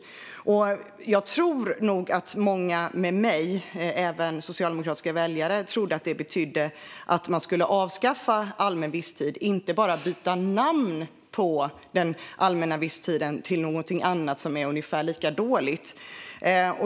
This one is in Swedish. Jag tror nog att många med mig - även socialdemokratiska väljare - trodde att det betydde att man skulle avskaffa allmän visstid, inte bara byta namn på den allmänna visstiden till någonting annat som är ungefär lika dåligt.